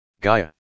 Gaia